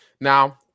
now